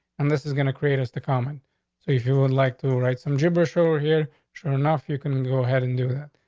and this is going to create us to comment so if you would and like to write some gibberish over here, sure enough, you can go ahead and do that.